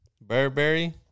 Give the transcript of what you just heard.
Burberry